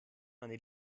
meine